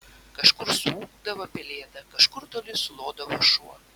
kažkur suūkdavo pelėda kažkur toli sulodavo šuo